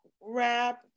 wrap